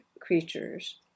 creatures